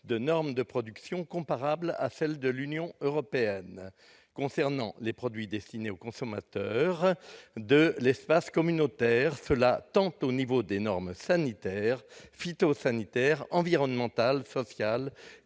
de normes de production comparables, a fait l'de l'Union européenne concernant les produits destinés aux consommateurs de l'espace communautaire cela tant au niveau des normes sanitaires, phytosanitaires environnementale facial